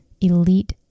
elite